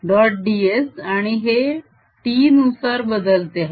ds आणि हे t नुसार बदलते आहे